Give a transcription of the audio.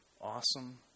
awesome